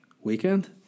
weekend